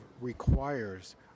requires